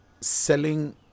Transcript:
selling